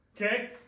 Okay